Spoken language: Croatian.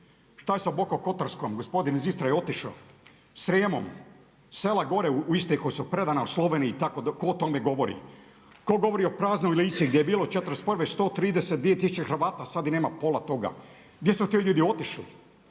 Šta je sa Bokom Kotarskom? Gospodin iz Istre je otišao, Srijemom? Sela gore u … u Sloveniji ko o tome govori? Ko govori o praznoj Lici gdje je bilo '41. 132 tisuće Hrvata, sada ih nema pola toga. Gdje su ti ljudi otišli?